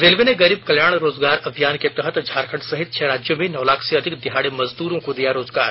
railway ने गरीब कल्याण रोजगार अभियान के तहत झारखंड सहित छह राज्यों में नौ लाख से अधिक दिहाडी मजदुरों को दिया रोजगार